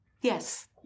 Yes